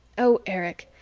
oh, erich,